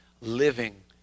living